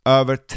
över